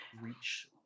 Reach